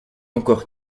encore